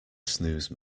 snooze